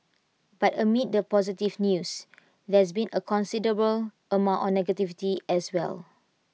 but amid the positive news there's been A considerable amount of negativity as well